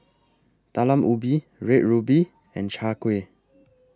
Talam Ubi Red Ruby and Chai Kuih